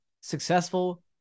successful